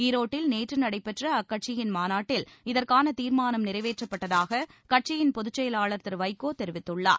ஈரோட்டில் நேற்று நடைபெற்ற அக்கட்சியின் மாநாட்டில் இதற்கான தீர்மானம் நிறைவேற்றப்பட்டதாக கட்சியின் பொதுச் செயலாளர் திரு வைகோ தெரிவித்தார்